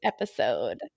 episode